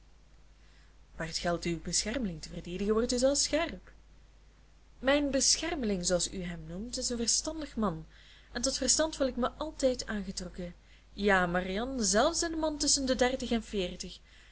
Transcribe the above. waar het geldt uw beschermeling te verdedigen wordt u zelfs scherp mijn beschermeling zooals u hem noemt is een verstandig man en tot verstand voel ik mij altijd aangetrokken ja marianne zelfs in een man tusschen de dertig en veertig